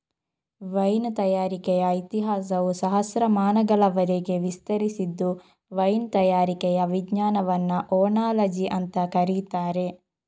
wine ತಯಾರಿಕೆಯ ಇತಿಹಾಸವು ಸಹಸ್ರಮಾನಗಳವರೆಗೆ ವಿಸ್ತರಿಸಿದ್ದು ವೈನ್ ತಯಾರಿಕೆಯ ವಿಜ್ಞಾನವನ್ನ ಓನಾಲಜಿ ಅಂತ ಕರೀತಾರೆ